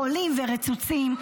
חולים ורצוצים,